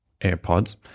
AirPods